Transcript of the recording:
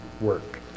work